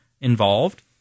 involved